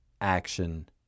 action